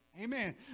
Amen